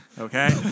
okay